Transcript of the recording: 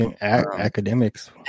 Academics